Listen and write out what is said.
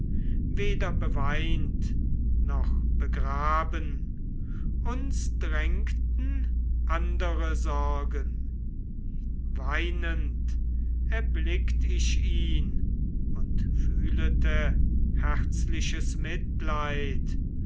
weder beweint noch begraben uns drängten andere sorgen weinend erblickt ich ihn und fühlete herzliches mitleid